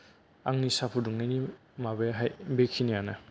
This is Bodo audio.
आंनि सा फुदुंनायनि माबायाहाय बेखिनानो